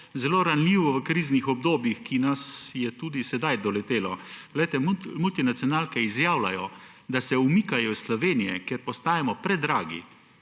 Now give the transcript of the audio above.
zelo ranljivo v kriznih obdobjih, katero nas je tudi sedaj doletelo. Multinacionalke izjavljajo, da se umikajo iz Slovenije, ker postajamo predragi.